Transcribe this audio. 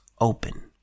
open